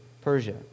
Persia